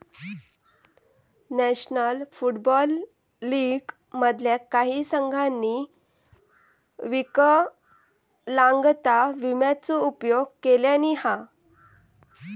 national football league मधल्या काही संघांनी विकलांगता विम्याचो उपयोग केल्यानी हा